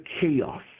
chaos